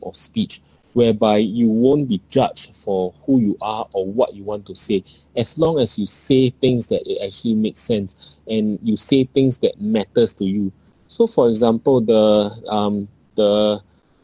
of speech whereby you won't be judged for who you are or what you want to say as long as you say things that it actually makes sense and you say things that matters to you so for example the um the